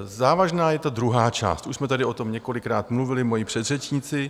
Závažná je ta druhá část, už tady o tom několikrát mluvili moji předřečníci.